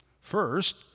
First